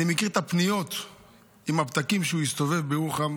אני מכיר את הפניות עם הפתקים שהוא הסתובב בירוחם